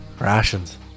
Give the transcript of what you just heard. rations